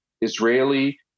Israeli